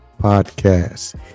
Podcast